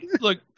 look